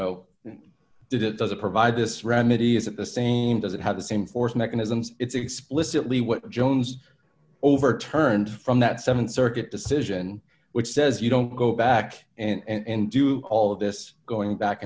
know did it does it provide this remedy is it the same does it have the same force mechanisms it's explicitly what jones overturned from that seven circuit decision which says you don't go back and do all of this going back